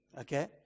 Okay